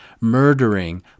murdering